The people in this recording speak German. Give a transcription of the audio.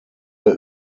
der